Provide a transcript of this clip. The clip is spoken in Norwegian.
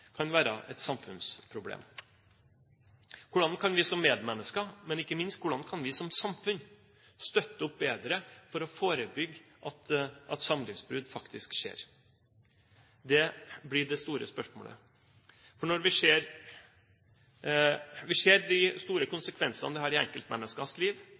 kan være et samfunnsproblem. Hvordan kan vi som medmennesker, men ikke minst hvordan kan vi som samfunn støtte bedre opp om å forebygge at samlivsbrudd faktisk skjer? Det blir det store spørsmålet når vi ser de store konsekvensene det har i enkeltmenneskers liv, og vi ser de store